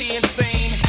insane